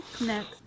next